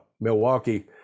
Milwaukee